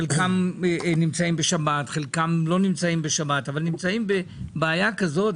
חלקן בשבת, חלקן לא בשבת, אבל נמצאות בבעיה כזאת.